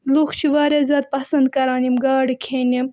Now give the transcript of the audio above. لُکھ چھِ واریاہ زیادٕ پَسنٛد کَران یِم گاڈٕ کھیٚنہِ